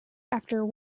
after